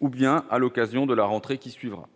ou bien à l'occasion de la rentrée qui suivra ?